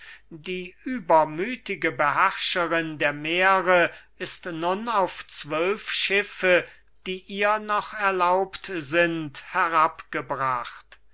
die übermüthige beherrscherin der meere ist nun auf zwölf schiffe die ihr noch erlaubt sind